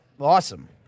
Awesome